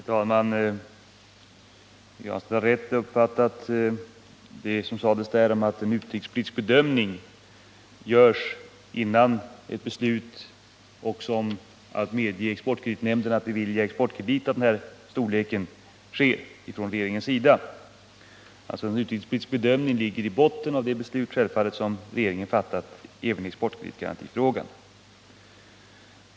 Herr talman! Pär Granstedt har riktigt uppfattat vad som sagts om att regeringen gör en utrikespolitisk bedömning, innan ett beslut fattas att medge att exportkreditnämnden får bevilja en exportkredit av denna storlek. En utrikespolitisk bedömning ligger självfallet i botten även när det gäller det beslut som regeringen har fattat i exportkreditgarantifrågan.